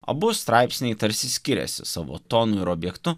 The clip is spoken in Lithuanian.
abu straipsniai tarsi skiriasi savo tonu ir objektu